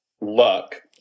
luck